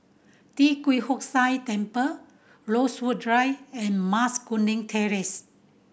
Tee Kwee Hood Sia Temple Rosewood Drive and Mas Kuning Terrace